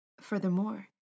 Furthermore